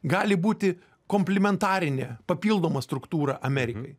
gali būti komplimentarinė papildoma struktūra amerikai